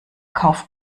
kauf